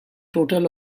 total